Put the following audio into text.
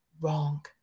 wrong